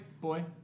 boy